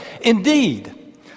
indeed